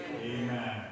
Amen